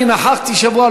אני נכחתי השבוע,